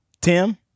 Tim